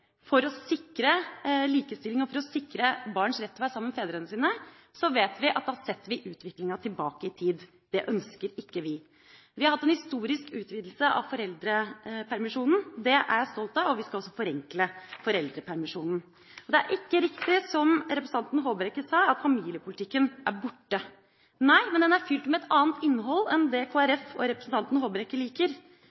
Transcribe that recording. for å sikre likestilling og for å sikre barns rett til å være sammen med fedrene sine, vet vi at da setter vi utviklinga tilbake i tid. Det ønsker ikke vi. Vi har hatt en historisk utvidelse av foreldrepermisjonen. Det er jeg stolt av, og vi skal også forenkle foreldrepermisjonen. Det er ikke riktig, som representanten Håbrekke sa, at familiepolitikken er borte. Nei, den er fylt med et annet innhold enn det